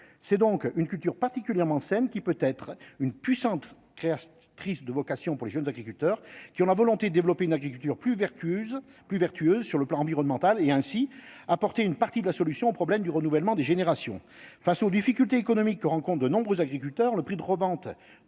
c'est donc une culture particulièrement saine qui peut être une puissante crise de vocation pour les jeunes agriculteurs qui ont la volonté de développer une agriculture plus vertueuses plus vertueux sur le plan environnemental et ainsi apporter une partie de la solution au problème du renouvellement des générations face aux difficultés économiques que rencontre de nombreux agriculteurs, le prix de revente